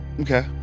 Okay